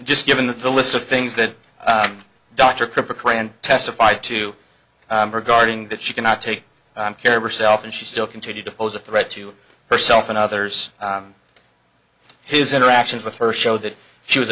just given the list of things that dr krikorian testified to regarding that she could not take care of herself and she still continued to pose a threat to herself and others his interactions with her showed that she was